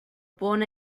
born